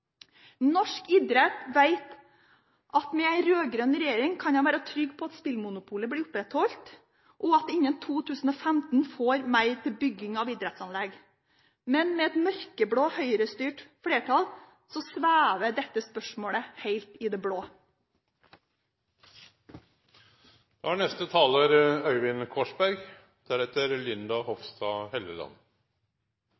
Norsk idrett vet at med en rød-grønn regjering kan en være trygg på at spillmonopolet blir opprettholdt, og at en innen 2015 får mer til bygging av idrettsanlegg. Med et mørkeblått, høyrestyrt flertall svever dette spørsmålet helt i det blå. Jeg er